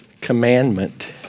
commandment